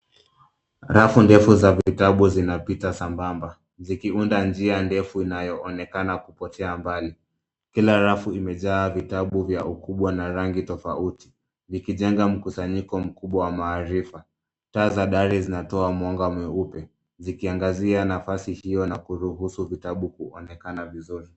Rafu ndefu za vitabu zinapita sambamba, zikiunda njia ndefu inayoonekana kupotea mbali. Kila rafu imejaa vitabu vya ukubwa na rangi tofauti, zikijenga mkusanyiko mkubwa wa maarifa. Taa za dari zinatoa mwanga mweupe, zikiangazia nafasi hiyo na kuruhusu vitabu kuonekana vizuri.